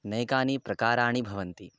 नैकानि प्रकाराणि भवन्ति